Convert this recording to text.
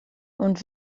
und